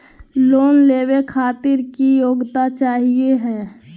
Loan लेवे खातीर की योग्यता चाहियो हे?